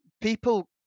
people